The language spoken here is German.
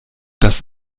das